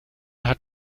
hat